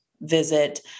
visit